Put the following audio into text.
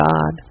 God